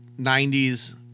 90s